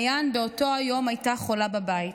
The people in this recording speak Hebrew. באותו היום מעיין הייתה חולה בבית,